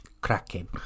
Cracking